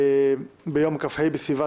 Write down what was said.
ביום כ"ה בסיוון,